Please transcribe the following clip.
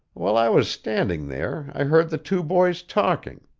while i was standing there i heard the two boys talking.